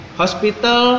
hospital